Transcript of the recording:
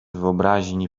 wyobraźni